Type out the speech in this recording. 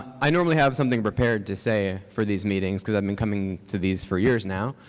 i normally have something prepared to say for these meetings because i've been coming to these for years now,